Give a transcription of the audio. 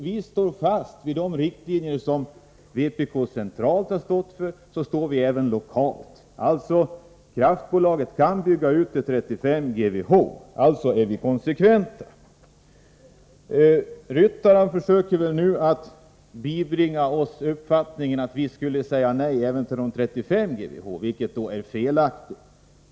Vi står lokalt fast vid de riktlinjer som vi centralt har stått fast vid. Kraftbolaget kan bygga ut till 35 GWh. Vi är alltså konsekventa. Bengt-Ola Ryttar försöker nu bibringa oss den uppfattningen att vi skulle säga nej även till 35 GWh, vilket är felaktigt.